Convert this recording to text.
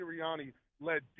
Sirianni-led